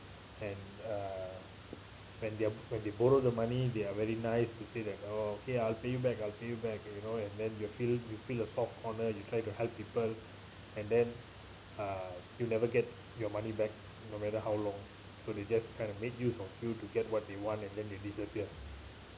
and uh when they are when they borrow the money they are very nice to say that oh okay I'll pay you back I'll pay you back you know and then you feel you feel a soft corner you try to help people and then uh you never get your money back no matter how long so they just kind of make use of you to get what they want and then they disappear